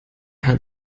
hat